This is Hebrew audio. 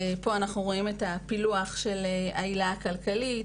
בשקף הזה אנחנו רואים את הפילוח של העילה הכלכלית.